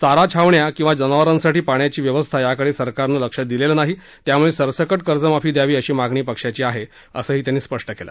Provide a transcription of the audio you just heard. चारा छावण्या किंवा जनावरांसाठी पाण्याची व्यवस्था यांकडे सरकारनं लक्ष दिलेलं नाही त्यामुळे सरसकट कर्जमाफी द्यावी अशी मागणी पक्षाची आहे असंही त्यांनी स्पष्ट केलं